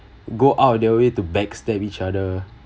go out of their way to backstab each other